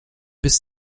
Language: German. bis